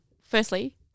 firstly